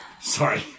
Sorry